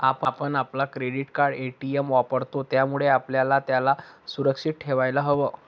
आपण आपलं credit card, ATM वापरतो, त्यामुळे आपल्याला त्याला सुरक्षित ठेवायला हव